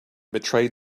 betrayed